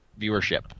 viewership